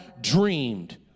dreamed